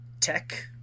tech